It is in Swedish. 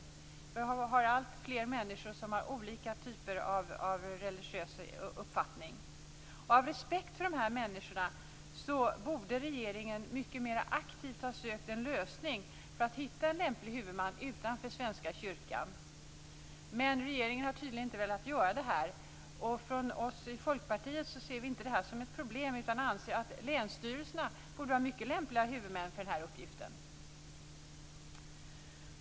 Det finns alltfler människor som har olika typer av religiös uppfattning. Av respekt för dessa människor borde regeringen mycket mer aktivt ha sökt en lösning för att hitta en lämplig huvudman utanför Svenska kyrkan. Men regeringen har tydligen inte velat göra det. Vi i Folkpartiet ser inte det här som ett problem. Vi anser att länsstyrelserna borde vara mycket lämpliga huvudmän för den här uppgiften.